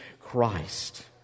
Christ